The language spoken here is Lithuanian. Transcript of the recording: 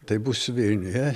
tai būsiu vilniuje